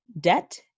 debt